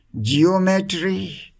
geometry